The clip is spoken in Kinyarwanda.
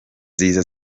ziza